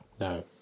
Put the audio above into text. No